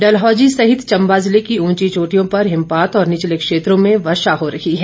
डलहौजी सहित चंबा जिले की उंची चोटियों पर हिमपात और निचले क्षेत्रों में वर्षा हो रही है